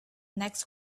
next